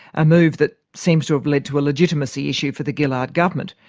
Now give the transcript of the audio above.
a move that seems to have led to a legitimacy issue for the gillard government,